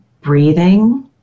breathing